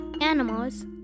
animals